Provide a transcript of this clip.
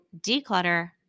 declutter